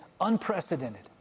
unprecedented